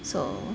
so